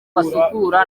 basukura